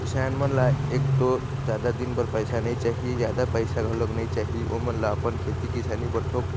किसान मन ल एक तो जादा दिन बर पइसा नइ चाही, जादा पइसा घलोक नइ चाही, ओमन ल अपन खेती किसानी बर थोक